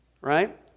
Right